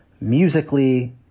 musically